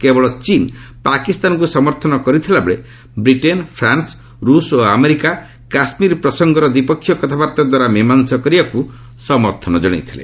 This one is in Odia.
କେବଳ ଚୀନ୍ ପାକିସ୍ତାନକୁ ସମର୍ଥନ କରିଥିଲାବେଳେ ବ୍ରିଟେନ୍ ଫ୍ରାନ୍ସ ରୁଷ୍ ଓ ଆମେରିକା କାଶ୍ମୀର ପ୍ରସଙ୍ଗର ଦ୍ୱିପକ୍ଷୀୟ କଥାବାର୍ତ୍ତାଦ୍ୱାରା ମୀମାଂଶା କରିବାକୁ ସମର୍ଥନ ଜଣାଇଥିଲେ